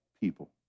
people